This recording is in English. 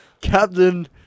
Captain